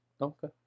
okay